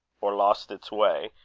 or lost its way,